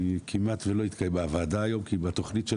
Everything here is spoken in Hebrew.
כמעט ולא התקיימה הוועדה היום כי בתכנית של